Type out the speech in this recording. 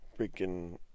Freaking